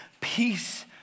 peace